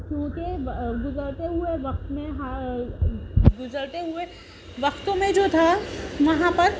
کیونکہ گزرتے ہوئے وقت میں گزرتے ہوئے وقت میں جو تھا وہاں پر